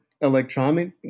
electronic